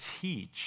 teach